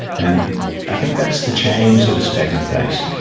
and i think that's the change that has taken place,